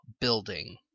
building